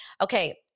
Okay